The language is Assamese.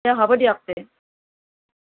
দে হব দিয়ক তে